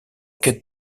quête